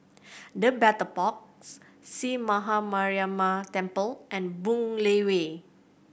The Battle Box Sree Maha Mariamman Temple and Boon Lay Way